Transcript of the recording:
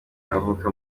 avuka